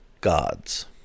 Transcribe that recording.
gods